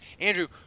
Andrew